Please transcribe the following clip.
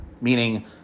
meaning